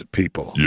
people